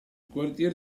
quartier